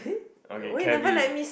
okay cabby